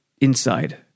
Inside